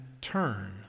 turn